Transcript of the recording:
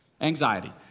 Anxiety